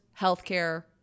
healthcare